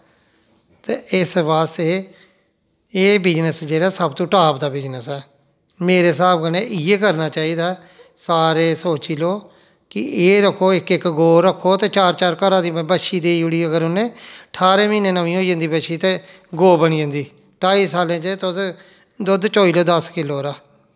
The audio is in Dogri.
ते इस बास्ते एह् बिजनस जेह्ड़ा सबतो टॉप दा बिजनस ऐ मेरे स्हाब कन्नै इ'यै करना चाहिदा सारे सोची लो कि एह् रक्खो इक इक गौ रक्खो ते चार चार घरा दी बच्छी देई ओड़ी अगर उ'न्नै ठाह्रें म्हीनें नमीं होई जंदी बच्छी ते गौ बनी जंदी ढाई सालें च तुस दुद्ध चोई लैओ दस किल्लो हारा